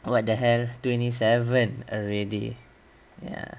what the hell twenty seven already ya